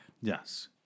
Yes